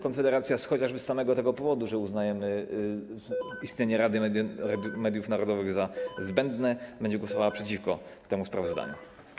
Konfederacja chociażby z tego powodu, że uznajemy istnienie Rady Mediów Narodowych za zbędne, będzie głosowała przeciwko temu sprawozdaniu.